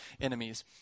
enemies